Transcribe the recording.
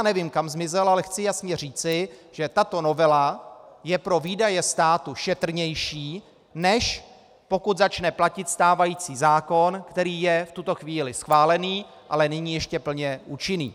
Nevím, kam zmizel, ale chci jasně říci, že tato novela je pro výdaje státu šetrnější, než pokud začne platit stávající zákon, který je v tuto chvíli schválený, ale není ještě plně účinný.